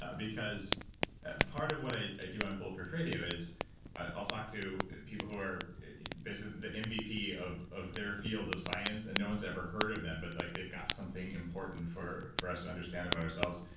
ah because part of what i i do on bulletproof radio is talk to people who are basically the mvp of of their field of science and no one's ever heard of them but like they've got something important for for us to understand about ourselves.